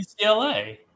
UCLA